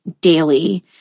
daily